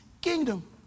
kingdom